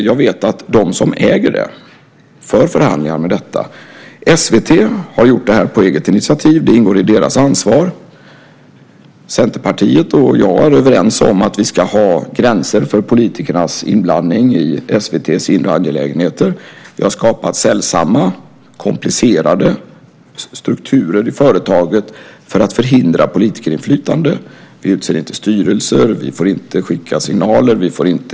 Jag vet att de som äger det för förhandlingar om detta. SVT har gjort det här på eget initiativ. Det ingår i deras ansvar. Centerpartiet och jag är överens om att vi ska ha gränser för politikernas inblandning i SVT:s inre angelägenheter. Vi har skapat sällsamma, komplicerade strukturer i företaget för att förhindra politikerinflytande. Vi utser inte styrelser, vi får inte skicka signaler.